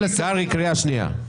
קרעי, קריאה שנייה.